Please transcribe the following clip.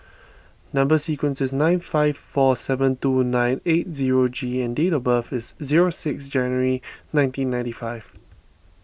Number Sequence is nine five four seven two nine zero eight G and date of birth is zero six January nineteen ninety five